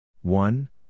one